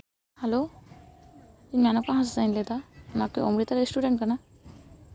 hello ᱤᱧ ᱢᱮᱱᱚᱠᱟ ᱦᱟᱸᱥᱫᱟᱧ ᱞᱟᱹᱭ ᱮᱫᱟ ᱱᱚᱣᱟ ᱠᱤ ᱚᱢᱨᱤᱛᱟ ᱨᱮᱥᱴᱩᱨᱮᱱᱴ ᱠᱟᱱᱟ